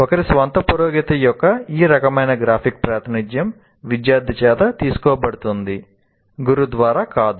ఒకరి స్వంత పురోగతి యొక్క ఈ రకమైన గ్రాఫిక్ ప్రాతినిధ్యం విద్యార్థి చేత తీసుకోబడుతుంది గురువు ద్వారా కాదు